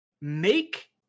make